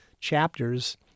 chapters